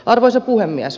arvoisa puhemies